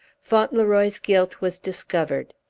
fauntleroy's guilt was discovered.